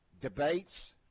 Debates